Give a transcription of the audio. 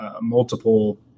multiple